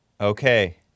okay